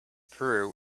peru